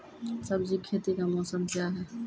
सब्जी खेती का मौसम क्या हैं?